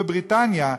בבריטניה.